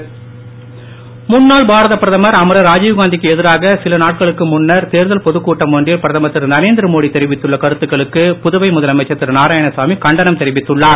நாராயணசாமி ராஜீவ் முன்னாள் பாரத பிரதமர் அமரர் ராஜீவ்காந்திக்கு எதிராக சில நாட்களுக்கு முன்பு தேர்தல் பொதுக் கூட்டம் ஒன்றில் பிரதமர் திரு நரேந்திரமோடி தெரிவித்துள்ள கருத்துகளுக்கு புதுவை முதலமைச்சர் திரு நாராயணசாமி கண்டனம் தெரிவித்துள்ளார்